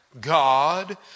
God